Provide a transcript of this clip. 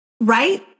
right